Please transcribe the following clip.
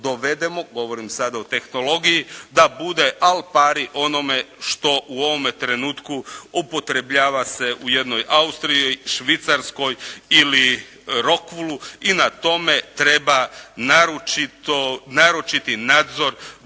dovedemo, govorim sada o tehnologiji, da bude al pari onome što u ovome trenutku upotrebljava se u jednoj Austriji, Švicarskoj ili Rokvulu i na tome treba naročiti nadzor